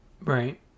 right